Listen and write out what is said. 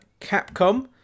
Capcom